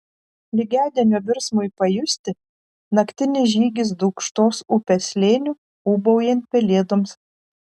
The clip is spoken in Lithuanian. lygiadienio virsmui pajusti naktinis žygis dūkštos upės slėniu ūbaujant pelėdoms